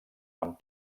amb